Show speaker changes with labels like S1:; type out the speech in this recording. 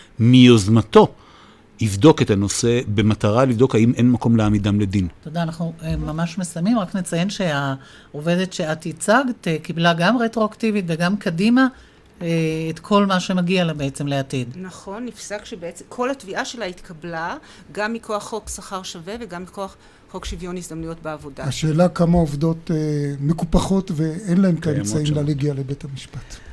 S1: מיוזמתו, יבדוק את הנושא במטרה לבדוק האם אין מקום להעמידם לדין.
S2: תודה, אנחנו, אה, ממש מסיימים. רק נציין שהעובדת שאת ייצגת, אה, קיבלה גם רטרואקטיבית וגם קדימה, אה, את כל מה שמגיע לה בעצם לעתיד.
S3: נכון, נפסק שבעצם כל התביעה שלה התקבלה, גם מכוח חוק שכר שווה וגם מכוח חוק שוויון הזדמנויות בעבודה.
S4: השאלה כמה עובדות, אה, מקופחות ואין להם את
S2: כן, מאוד
S4: האמצעים
S2: שם.
S4: להגיע לבית המשפט.